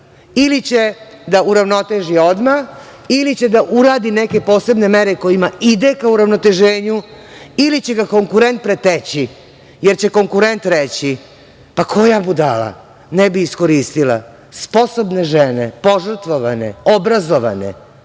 ili će da uravnoteži odmah ili će da uradi neke posebne mere kojima ide ka uravnoteženju ili će ga konkurent preteći, jer će konkurent reći – pa, koja budala ne bi iskoristila sposobne žene, požrtvovane, obrazovane,